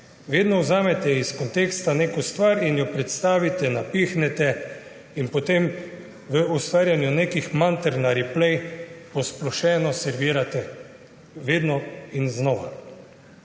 Vedno vzamete iz konteksta neko stvar in jo predstavite, napihnete in potem v ustvarjanju nekih manter na replay posplošeno servirate vedno in znova.